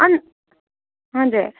अन् हजुर